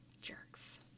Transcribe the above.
jerks